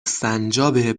سنجابه